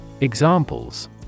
Examples